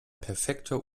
perfekter